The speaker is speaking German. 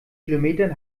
kilometern